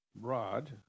rod